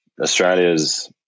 australia's